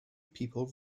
people